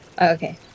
okay